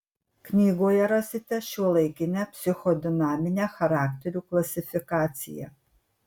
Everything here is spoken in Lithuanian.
knygoje rasite šiuolaikinę psichodinaminę charakterių klasifikaciją